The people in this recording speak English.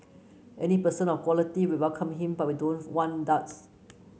any person of quality we welcome him but we don't want duds